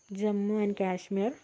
Jammu and Kashmir